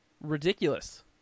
ridiculous